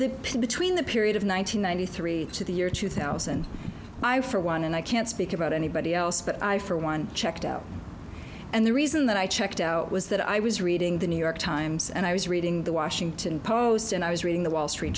between the period of one thousand nine hundred three to the year two thousand i for one and i can't speak about anybody else but i for one checked out and the reason that i checked out was that i was reading the new york times and i was reading the washington post and i was reading the wall street